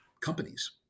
companies